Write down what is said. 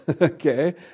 okay